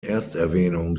ersterwähnung